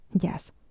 yes